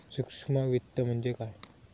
सूक्ष्म वित्त म्हणजे काय?